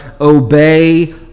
obey